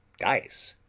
dice,